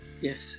Yes